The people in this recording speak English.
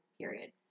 period